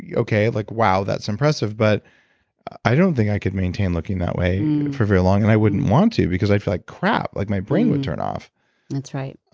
yeah like wow that's impressive, but i don't think i could maintain looking that way for very long and i wouldn't want to because i'd feel like crap. like my brain would turn off that's right.